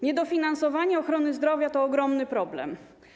Niedofinansowanie ochrony zdrowia to ogromny problem.